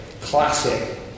classic